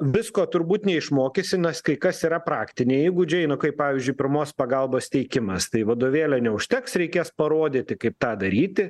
visko turbūt neišmokysi nes kas yra praktiniai įgūdžiai nu kaip pavyzdžiui pirmos pagalbos teikimas tai vadovėlio neužteks reikės parodyti kaip tą daryti